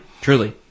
Truly